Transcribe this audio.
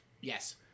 Yes